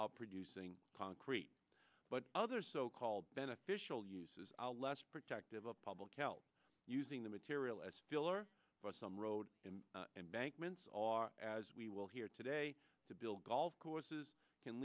of producing concrete but other so called beneficial uses a less protective of public health using the material as filler or some road and embankments are as we will here today to build golf courses can